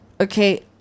okay